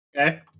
Okay